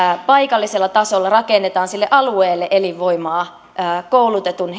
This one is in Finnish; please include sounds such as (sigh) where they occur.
paikallisella tasolla rakennetaan sille alueelle elinvoimaa koulutetun (unintelligible)